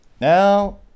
Now